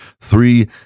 three